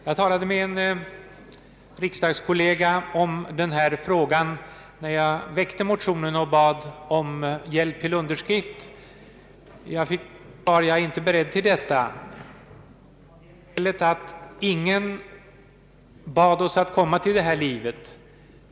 Jag talade med en riksdagskollega om denna fråga när jag väckte motionen och bad om hjälp med underskrift. Jag fick till svar: »Jag är inte beredd till detta. Ingen bad oss komma till det här livet.